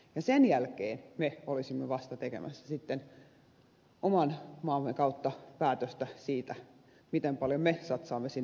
ja sen jälkeen me olisimme vasta tekemässä sitten oman maamme kautta päätöstä siitä miten paljon me satsaamme sinne rahoja